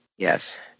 Yes